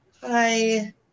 Hi